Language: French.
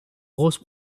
grosses